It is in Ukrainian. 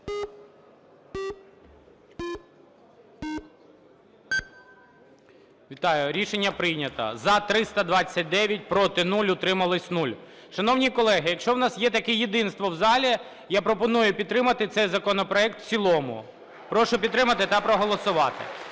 Вітаю. Рішення прийнято. За – 329, проти – 0, утрималися – 0. Шановні колеги, якщо у нас є таке єдинство в залі, я пропоную підтримати цей законопроект в цілому. Прошу підтримати та проголосувати.